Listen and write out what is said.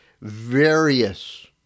various